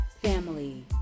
family